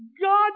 God